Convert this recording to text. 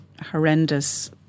horrendous